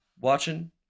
watching